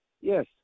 Yes